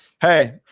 hey